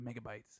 megabytes